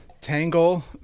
Tangle